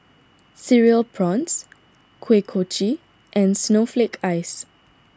Cereal Prawns Kuih Kochi and Snowflake Ice